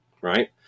Right